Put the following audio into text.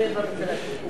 אתה תהיה ראש הממשלה שלי.